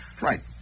right